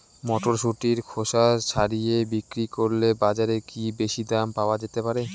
মটরশুটির খোসা ছাড়িয়ে বিক্রি করলে বাজারে কী বেশী দাম পাওয়া যেতে পারে?